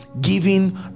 giving